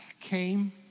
came